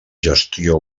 gestió